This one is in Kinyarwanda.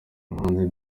umuhanzi